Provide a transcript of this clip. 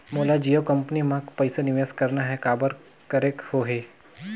मोला जियो कंपनी मां पइसा निवेश करना हे, काबर करेके होही?